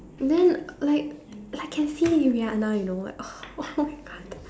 then like like can see Rihanna you know like oh oh-my-God